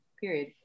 period